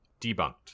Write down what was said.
Debunked